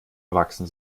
erwachsen